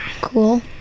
Cool